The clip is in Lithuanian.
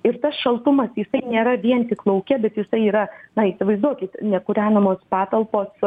ir tas šaltumas jisai nėra vien tik lauke bet jisai yra na įsivaizduokit nekūrenamos patalpos